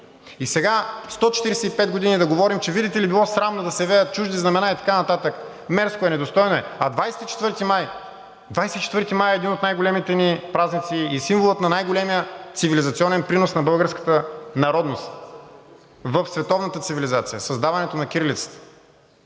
И сега 145 години да говорим, че видите ли, било срамно да се веят чужди знамена и така нататък – мерзко е, недостойно е. А 24 май – 24 май е един от най-големите ни празници и символът на най-големия цивилизационен принос на българската народност в световната цивилизация – създаването на кирилицата.